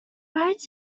riots